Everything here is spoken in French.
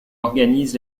organise